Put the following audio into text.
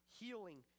healing